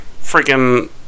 freaking